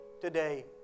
today